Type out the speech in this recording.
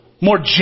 more